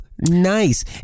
nice